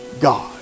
God